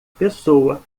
pessoa